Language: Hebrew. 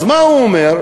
אז מה הוא אומר?